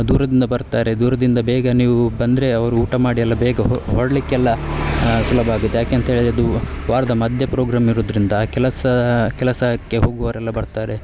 ದೂರದಿಂದ ಬರ್ತಾರೆ ದೂರದಿಂದ ಬೇಗ ನೀವೂ ಬಂದರೆ ಅವರು ಊಟ ಮಾಡಿ ಎಲ್ಲ ಬೇಗ ಹೊರಡ್ಲಿಕ್ಕೆಲ್ಲ ಸುಲಭ ಆಗುತ್ತೆ ಯಾಕೆ ಅಂತೇಳಿದರೆ ಅದು ವಾರದ ಮಧ್ಯ ಪ್ರೋಗ್ರಾಮ್ ಇರುದರಿಂದ ಕೆಲಸ ಕೆಲಸಕ್ಕೆ ಹೋಗುವವರೆಲ್ಲ ಬರ್ತಾರೆ